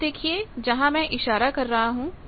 आप देखिए जहां मैं इशारा कर रहा हूं